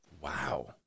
Wow